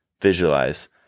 visualize